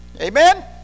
Amen